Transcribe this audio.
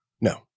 No